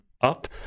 up